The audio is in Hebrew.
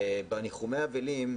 בניחומי האבלים,